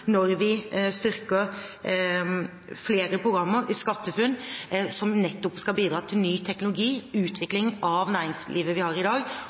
flere programmer i Forskningsrådet, som nettopp skal bidra til ny teknologi